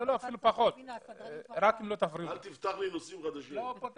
אל תפתח לי נושאים חדשים.